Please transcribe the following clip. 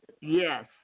Yes